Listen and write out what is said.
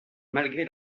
malgré